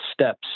steps